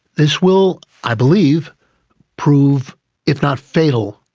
this will i believe prove if not fatal,